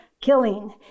killing